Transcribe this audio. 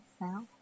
now